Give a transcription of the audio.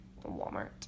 Walmart